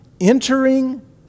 Entering